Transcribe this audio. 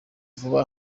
vuba